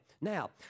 Now